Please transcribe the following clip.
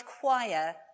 choir